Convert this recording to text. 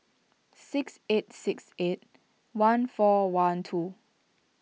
six eight six eight one four one two